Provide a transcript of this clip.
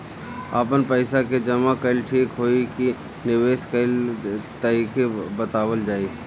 आपन पइसा के जमा कइल ठीक होई की निवेस कइल तइका बतावल जाई?